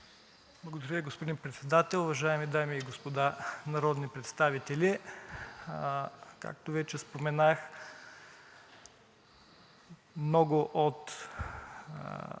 Благодаря Ви, господин Председател. Уважаеми дами и господа народни представители! Както вече споменах, много от